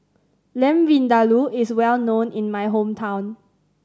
Lamb Vindaloo is well known in my hometown